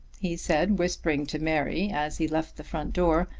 he said, whispering to mary as he left the front door,